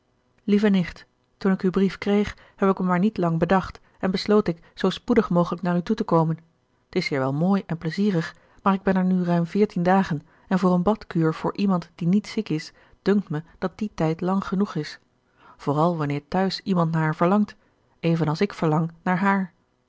lieve nicht toen ik uw brief kreeg heb ik me maar niet lang bedacht en besloot ik zoo spoedig mogelijk naar u toe te komen t is hier wel mooi en pleizierig maar ik ben er nu ruim veertien dagen en voor een badkuur voor iemand die niet ziek is dunkt me dat die tijd lang genoeg is vooral wanneer t'huis iemand naar haar verlangt even als ik verlang naar haar